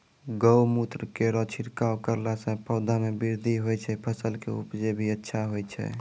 गौमूत्र केरो छिड़काव करला से पौधा मे बृद्धि होय छै फसल के उपजे भी अच्छा होय छै?